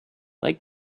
like